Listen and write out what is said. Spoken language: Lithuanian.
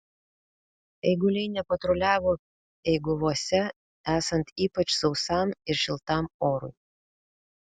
eiguliai nepatruliavo eiguvose esant ypač sausam ir šiltam orui